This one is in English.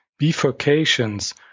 bifurcations